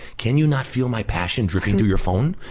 can you not feel my passion dripping through your phone?